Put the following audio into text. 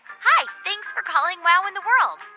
hi. thanks for calling wow in the world.